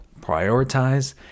prioritize